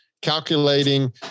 calculating